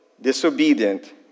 disobedient